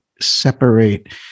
separate